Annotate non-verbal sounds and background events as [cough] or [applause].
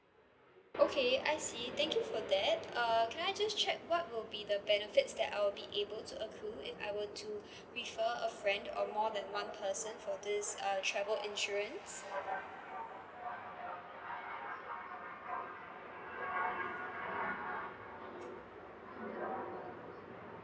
okay I see thank you for that uh can I just check what will be the benefits that I'll be able to accrue if I will to [breath] refer a friend or more than one person for this uh travel insurance